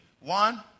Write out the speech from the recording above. One